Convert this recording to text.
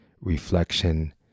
reflection